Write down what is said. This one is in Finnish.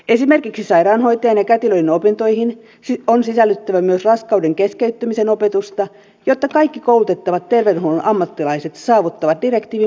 esimerkiksi sairaanhoitajien ja kätilöjen opintoihin on sisällyttävä myös raskauden keskeyttämisen opetusta jotta kaikki koulutettavat terveydenhuollon ammattilaiset saavuttavat direktiivin mukaisen ammattipätevyyden